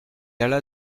alla